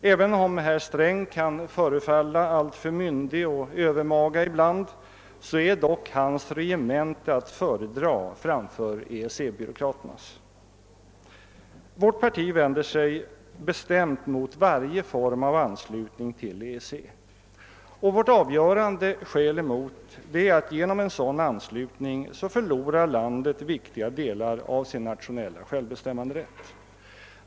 Även om herr Sträng ibland kan före falla alltför myndig och överlägsen är hans regemente att föredraga framför EEC-byråkraternas. Vänsterpartiet kommunisterna vänder sig bestämt mot varje form av anslutning till EEC. Vårt avgörande skäl häremot är att vårt land genom en sådan anslutning förlorar viktiga delar av sin nationella självbestämmanderätt.